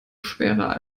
schwerer